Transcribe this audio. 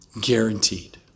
Guaranteed